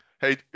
Hey